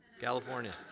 California